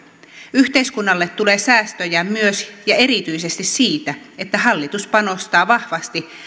yhteiskunnalle tulee säästöjä myös ja erityisesti siitä että hallitus panostaa vahvasti